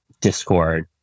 Discord